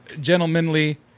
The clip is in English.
gentlemanly